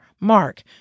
Mark